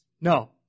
No